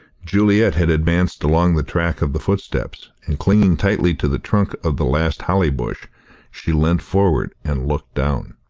juliet had advanced along the track of the footsteps, and clinging tightly to the trunk of the last holly bush she leant forward and looked down.